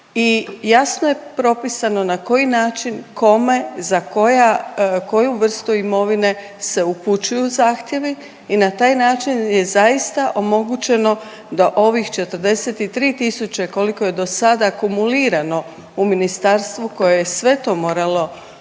jasno je propisano na koji način, kome, za koja, koju vrstu imovine se upućuju zahtjevi i na taj način je zaista omogućeno da ovih 43 tisuće koliko je dosada akumulirano u ministarstvo koje je sve to moralo